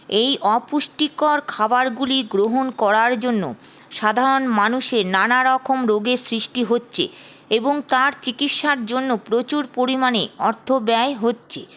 এই অপুষ্টিকর খাবারগুলি গ্রহণ করার জন্য সাধারণ মানুষের নানারকম রোগের সৃষ্টি হচ্ছে এবং তার চিকিৎসার জন্য প্রচুর পরিমাণে অর্থ ব্যয় হচ্ছে